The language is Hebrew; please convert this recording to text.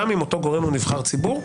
גם אם אותו גורם הוא נבחר ציבור.